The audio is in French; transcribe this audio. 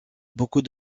beaucoup